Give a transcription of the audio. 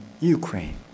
Ukraine